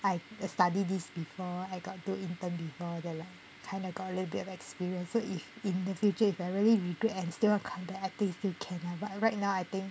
I study this before I got do intern before then like kind of got a little bit experience so if in the future if I really regret and still want to come back still can lah but right now I think